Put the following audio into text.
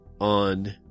on